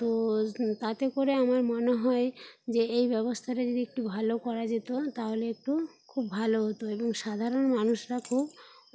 তো স তাতে করে আমার মনে হয় যে এই ব্যবস্থাটা যদি একটু ভালো করা যেত তাহলে একটু খুব ভালো হতো এবং সাধারণ মানুষরা খুব